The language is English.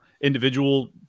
individual